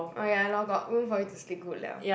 oh ya lor got room for you to sleep good liao